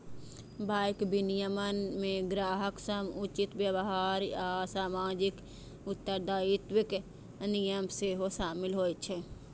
bank विनियमन मे ग्राहक सं उचित व्यवहार आ सामाजिक उत्तरदायित्वक नियम सेहो शामिल होइ छै